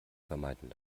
vermeiden